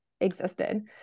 existed